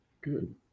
Good